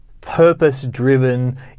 purpose-driven